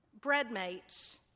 breadmates